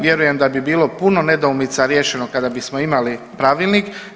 Vjerujem da bi bilo puno nedoumica riješeno kada bismo imali pravilnik.